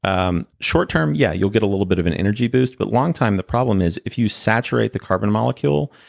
um short-term, yeah, you'll get a little bit of an energy boost, but long-term, the problem is if you saturate the carbon molecule,